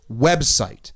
website